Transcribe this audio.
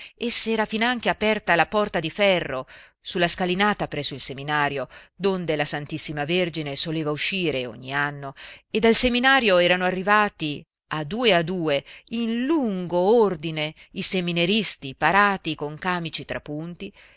e s'era finanche aperta la porta di ferro su la scalinata presso il seminario donde la ss vergine soleva uscire ogni anno e dal seminario erano arrivati a due a due in lungo ordine i seminaristi parati coi camici trapunti